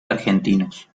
argentinos